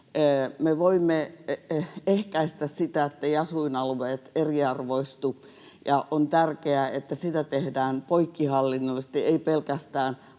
Me voimme ehkäistä sitä, etteivät asuinalueet eriarvoistu, ja on tärkeää, että sitä tehdään poikkihallinnollisesti, ei pelkästään